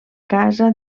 casa